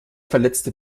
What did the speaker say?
verletzte